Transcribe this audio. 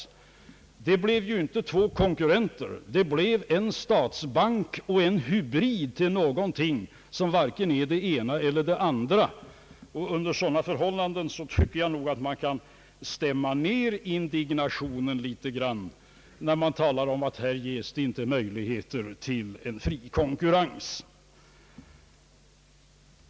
Men det blev ju inte två konkurrenter! Det blev en statsbank och en hybrid av något som varken är det ena eller det andra. Jag tycker att man under sådana förhållanden kan stämma ner indignationen litet grand när man talar om att det inte ges möjligheter till fri konkurrens.